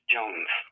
Jones